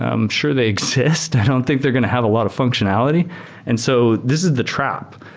i'm sure they exist. i don't think they're going to have a lot of functionality and so this is the trap.